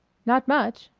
not much.